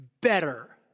better